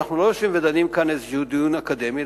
אנחנו לא יושבים כאן ודנים דיון אקדמי,